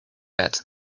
bet